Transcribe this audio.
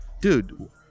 dude